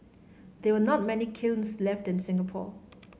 there were not many kilns left in Singapore